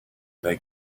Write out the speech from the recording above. they